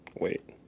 wait